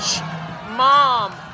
Mom